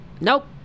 nope